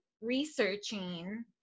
researching